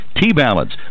T-Balance